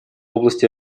области